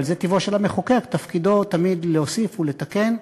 אבל זה טבעו של המחוקק, תפקידו תמיד להוסיף ולתקן.